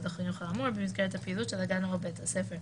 החינוך האמור במסגרת הפעילות של הגן או בית הספר.